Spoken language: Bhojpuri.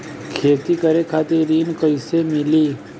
खेती करे खातिर ऋण कइसे मिली?